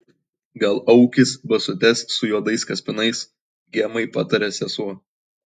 gal aukis basutes su juodais kaspinais gemai patarė sesuo